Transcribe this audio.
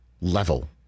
level